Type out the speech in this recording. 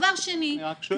דבר שני --- אני רק שואל.